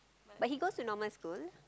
but he goes to normal school